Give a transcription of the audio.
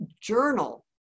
journal